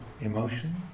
emotion